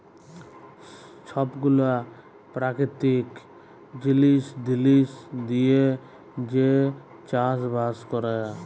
ছব গুলা পেরাকিতিক জিলিস টিলিস দিঁয়ে যে চাষ বাস ক্যরে